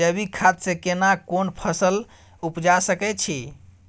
जैविक खाद से केना कोन फसल उपजा सकै छि?